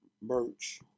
merch